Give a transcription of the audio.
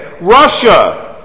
Russia